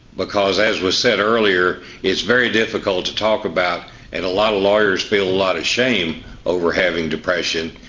because as was said earlier, it's very difficult to talk about and a lot of lawyers feel but a lot of shame over having depression,